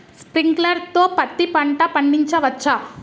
Sprinkler తో పత్తి పంట పండించవచ్చా?